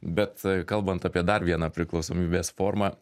bet a kalbant apie dar vieną priklausomybės formą